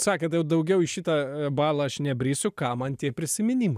sakėt jau daugiau į šitą balą aš nebrisiu kam man tie prisiminimai